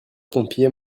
pompier